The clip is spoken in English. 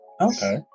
Okay